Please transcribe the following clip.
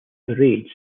parades